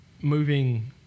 moving